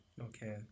Okay